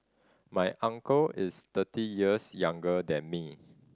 my uncle is thirty years younger than me